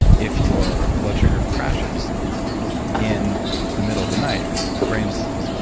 if you're blood sugar crashes in the middle of the night, the brain says,